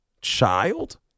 child